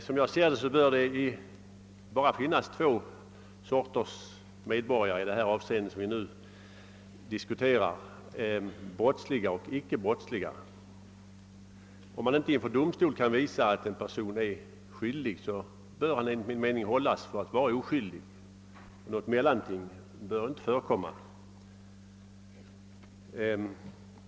Som jag ser det bör det bara finnas två sorters medborgare i det avseende som vi nu diskuterar: brottsliga och icke brottsliga. Om man inte inför domstol kan bevisa att en person är skyldig bör han enligt min mening betraktas som oskyldig; något mellanting bör inte förekomma.